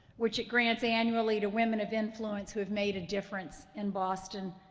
which it grants annually to women of influence who have made a difference in boston.